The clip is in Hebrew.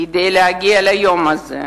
כדי להגיע ליום הזה,